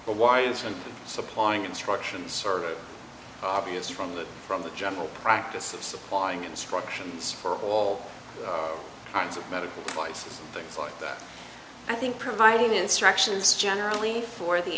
but why isn't supplying instructions obvious from the from the general practice of supplying instructions for all kinds of medical supplies things like that i think providing instructions generally for the